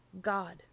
God